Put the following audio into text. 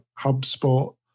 HubSpot